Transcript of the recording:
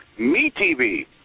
MeTV